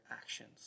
actions